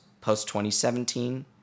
post-2017